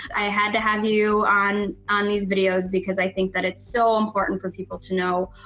i had to have you on on these videos because i think that it's so important for people to know,